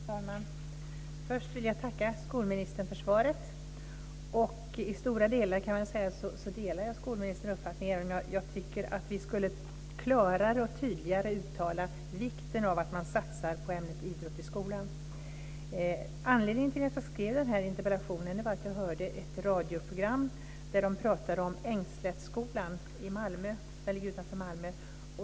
Fru talman! Först vill jag tacka skolministern för svaret. I stort delar jag skolministerns uppfattning, även om jag tycker att vi klarare och tydligare borde uttala vikten av att satsa på ämnet idrott i skolan. Anledningen till att jag skrev interpellationen var att jag hörde ett radioprogram där de pratade om Ängslättsskolan utanför Malmö.